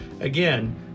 Again